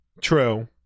True